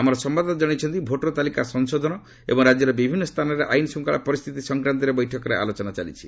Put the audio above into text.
ଆମର ସମ୍ଭାଦଦାତା କଣାଇଛନ୍ତି ଭୋଟର ତାଲିକା ସଂଶୋଧନ ଏବଂ ରାଜ୍ୟର ବିଭିନ୍ନ ସ୍ଥାନରେ ଆଇନ ଶ୍ଚଙ୍ଖଳା ପରିସ୍ଥିତି ସଂକ୍ରାନ୍ତରେ ବୈଠକରେ ଆଲୋଚନା ଚାଲିଛି